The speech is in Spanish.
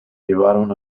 llevaron